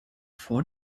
vor